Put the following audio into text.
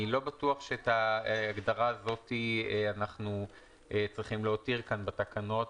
אני לא בטוח שאת ההגדרה הזו אנחנו צריכים להותיר כאן בתקנות,